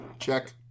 Check